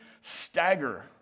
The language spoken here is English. stagger